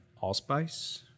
allspice